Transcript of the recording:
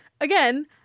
Again